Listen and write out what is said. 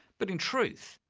but in truth,